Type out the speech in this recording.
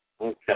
Okay